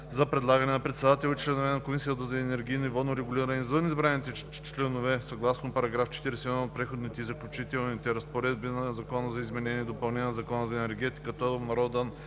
за предлагане на председател и членове на Комисията за енергийно и водно регулиране, извън избраните членове съгласно § 41 от Преходните и заключителните разпоредби на Закона за изменение и допълнение на Закона за енергетиката (обн.,